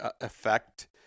effect